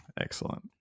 Excellent